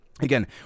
Again